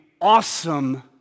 awesome